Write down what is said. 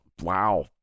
wow